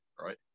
right